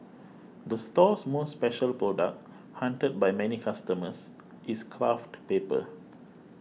the store's most special product hunted by many customers is craft paper